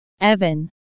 Evan